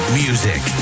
music